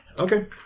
Okay